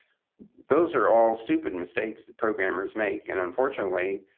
those are all stupid mistakes that programmers make. and unfortunately,